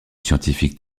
scientifique